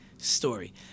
Story